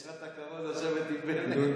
יש לך את הכבוד לשבת עם בנט?